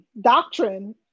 doctrine